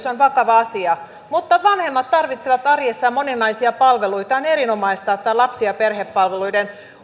on vakava asia mutta vanhemmat tarvitsevat arjessaan moninaisia palveluita ja on erinomaista että on lapsi ja perhepalveluiden